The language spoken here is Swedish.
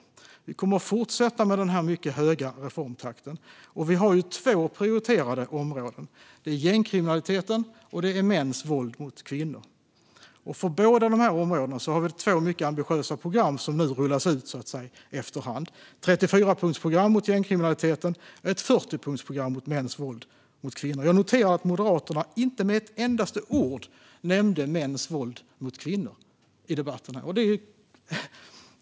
Vi kommer att fortsätta med den här mycket höga reformtakten, och vi har två prioriterade områden: gängkriminaliteten och mäns våld mot kvinnor. För dessa områden har vi två mycket ambitiösa program som nu rullas ut efter hand. Det är ett 34-punktsprogram mot gängkriminaliteten och ett 40-punktsprogram mot mäns våld mot kvinnor. Jag noterade att Moderaterna inte med ett endaste ord nämnde mäns våld mot kvinnor i debatten.